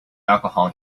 alcohol